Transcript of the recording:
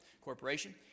Corporation